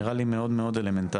נראה לי מאוד אלמנטרי.